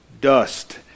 dust